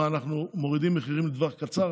מה, אנחנו מורידים מחירים לטווח קצר?